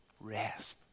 Rest